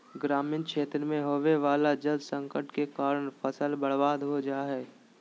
ग्रामीण क्षेत्र मे होवे वला जल संकट के कारण फसल बर्बाद हो जा हय